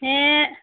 ᱦᱮᱸ